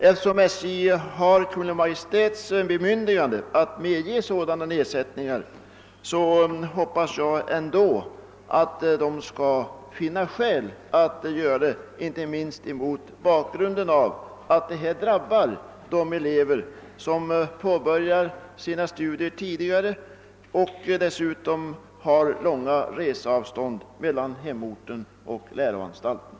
Eftersom SJ har Kungl. Maj:ts bemyndigande att medge nedsättningar, hoppas jag att SJ ändå skall finna skäl att göra ett sådant undantag snarast, inte minst med hänsyn till att den nu gällande inskränkningen drabbar elever som påbörjar sina studier tidigare och som dessutom bor långt ifrån läroanstalten.